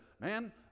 man